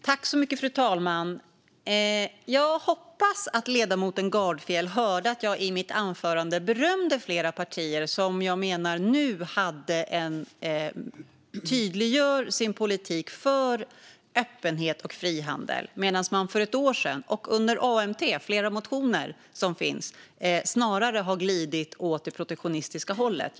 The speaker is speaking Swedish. Fru talman! Jag hoppas att ledamoten Gardfjell hörde att jag i mitt anförande berömde flera partier som jag menar nu tydliggör sin politik för öppenhet och frihandel, medan man för ett år sedan och under AMT, i flera motioner som finns, snarare gled åt det protektionistiska hållet.